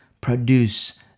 produce